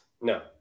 No